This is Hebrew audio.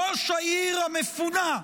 ראש העיר המפונה,